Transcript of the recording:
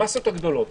המסות הגדולות,